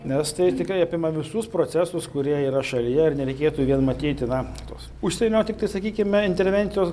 nes tai tikrai apima visus procesus kurie yra šalyje ir nereikėtų vien matyti na tos užsienio tiktai sakykime intervencijos